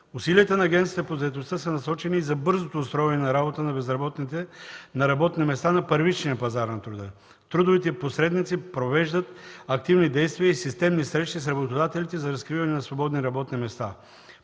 Усилията на Агенцията по заетостта са насочени за бързото устройване на работа на безработните на работни места на първичния пазар на труда. Трудовите посредници провеждат активни действия и системни срещи с работодателите за разкриване на свободни работни места.